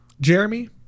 Jeremy